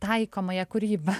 taikomąją kūrybą